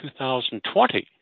2020